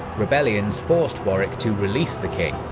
rebellions forced warwick to release the king,